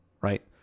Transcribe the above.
right